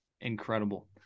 Incredible